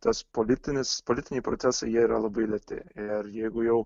tas politinis politiniai procesai jie yra labai lėti ir jeigu jau